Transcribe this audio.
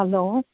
hello